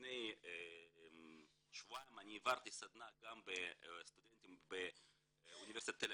לפני שבועיים העברתי סדנה לסטודנטים באוניברסיטת תל